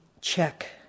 check